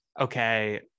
okay